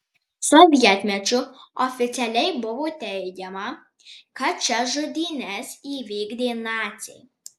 sovietmečiu oficialiai buvo teigiama kad šias žudynes įvykdė naciai